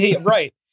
Right